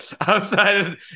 outside